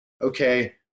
okay